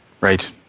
Right